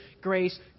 grace